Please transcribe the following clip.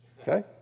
Okay